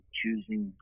choosing